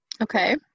Okay